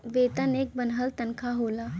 वेतन एक बन्हल तन्खा होला